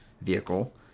vehicle